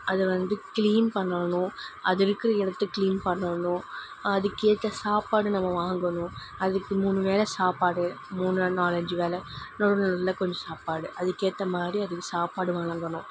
அதை வந்து க்ளீன் பண்ணணும் அது இருக்கிற இடத்த க்ளீன் பண்ணணும் அதற்கேத்த சாப்பாடு நம்ம வாங்கணும் அதுக்கு மூணு வேளை சாப்பாடு மூணு நாலு அஞ்சு வேளை நடுவில் நடுவில் கொஞ்சம் சாப்பாடு அதுக்கேற்ற மாதிரி அதுக்கு சாப்பாடு வாங்கணும்